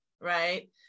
right